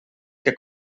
que